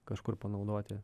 kažkur panaudoti